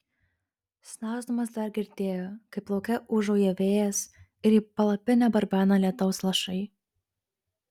snausdamas dar girdėjo kaip lauke ūžauja vėjas ir į palapinę barbena lietaus lašai